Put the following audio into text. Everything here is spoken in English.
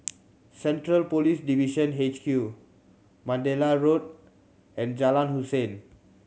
Central Police Division H Q Mandalay Road and Jalan Hussein